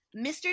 Mr